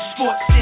Sports